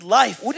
life